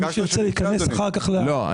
הסכומים מי שירצה ייכנס אחר כך ------ לא.